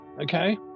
okay